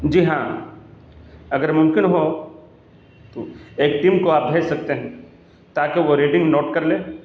جی ہاں اگر ممکن ہو تو ایک ٹیم کو آپ بھیج سکتے ہیں تاکہ وہ ریڈنگ نوٹ کر لیں